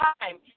Time